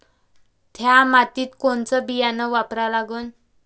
थ्या मातीत कोनचं बियानं वापरा लागन?